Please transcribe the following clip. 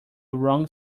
wrong